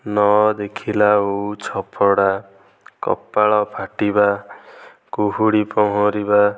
ନ ଦେଖିଲା ଓଉ ଛଫଡ଼ା କପାଳ ଫାଟିବା କୁହୁଡ଼ି ପହଁରିବା